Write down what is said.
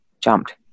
jumped